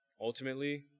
ultimately